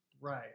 right